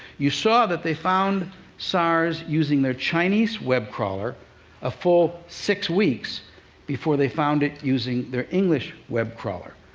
you saw that they found sars using their chinese web crawler a full six weeks before they found it using their english web crawler.